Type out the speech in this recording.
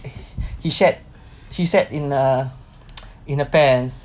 he shat she shat in her in her pants